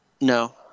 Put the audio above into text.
no